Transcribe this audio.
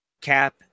Cap